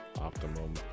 Optimum